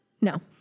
No